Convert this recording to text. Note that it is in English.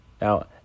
Now